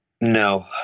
no